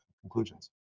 conclusions